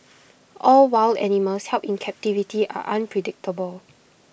all wild animals held in captivity are unpredictable